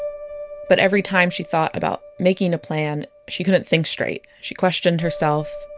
but every time she thought about making a plan, she couldn't think straight she questioned herself.